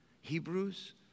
Hebrews